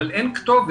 אבל אין כתובת.